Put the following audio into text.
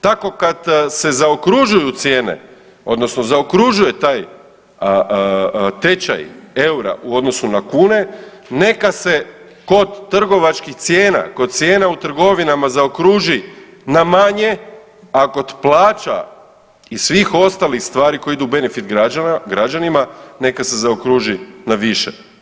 Tako kad se zaokružuju cijene odnosno zaokružuje taj tečaj eura u odnosu na kune neka se kod trgovačkih cijena, kod cijena u trgovinama zaokruži na manje, a kod plaća i svih ostalih stvari koje idu u benefit građana, građanima neka se zaokruži na više.